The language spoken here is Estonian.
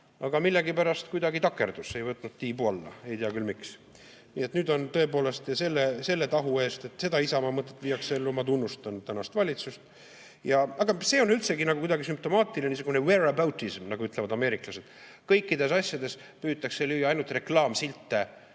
Aga millegipärast kuidagi takerdus, ei võtnud tuult tiibadesse. Ei tea küll, miks. Nüüd tõepoolest selle tahu eest, et seda Isamaa mõtet viiakse ellu, ma tunnustan tänast valitsust. See on üldse kuidagi sümptomaatiline, sellinewhereaboutism, nagu ütlevad ameeriklased. Kõikides asjades püütakse lüüa ainult reklaamsilte